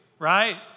right